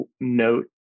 note